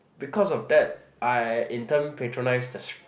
because of that I in turn patronise the